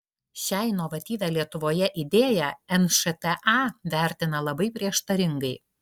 šią inovatyvią lietuvoje idėją nšta vertina labai prieštaringai